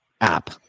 app